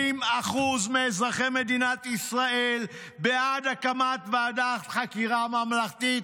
80% מאזרחי מדינת ישראל בעד הקמת ועדת חקירה ממלכתית,